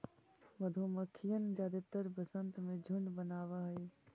मधुमक्खियन जादेतर वसंत में झुंड बनाब हई